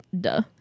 duh